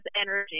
energy